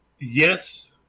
yes